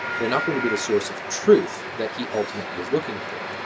they're not going to be the source of truth that he ultimately is looking for.